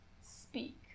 speak